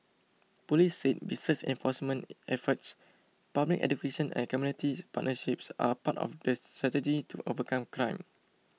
police said besides enforcement efforts public education and community partnerships are part of the strategy to overcome crime